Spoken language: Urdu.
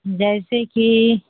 جیسے کہ